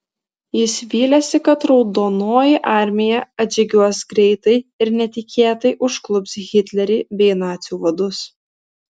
jis vylėsi kad raudonoji armija atžygiuos greitai ir netikėtai užklups hitlerį bei nacių vadus